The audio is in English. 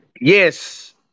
yes